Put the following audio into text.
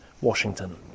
Washington